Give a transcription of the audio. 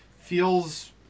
feels